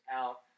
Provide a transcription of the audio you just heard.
out